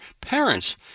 parents